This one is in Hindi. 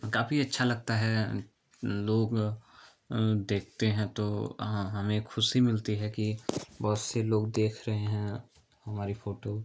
काफी अच्छा लगता है लोग देखते हैं तो हमें ख़ुशी मिलती है कि बहुत से लोग देख रहे हैं हमारी फ़ोटो